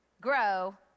grow